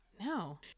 No